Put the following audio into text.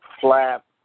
flat